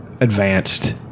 advanced